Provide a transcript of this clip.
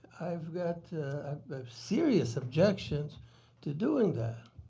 i've got serious objections to doing that.